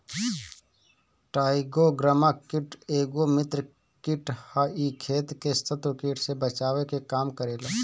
trichogramma कीट एगो मित्र कीट ह इ खेत के शत्रु कीट से बचावे के काम करेला